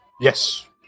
Yes